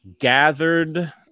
gathered